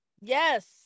Yes